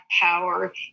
power